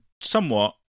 somewhat